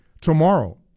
Tomorrow